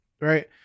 right